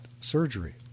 Surgery